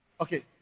Okay